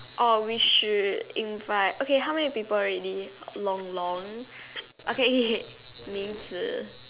or we should invite okay how many people already Long-Long okay Ming-Zi